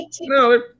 no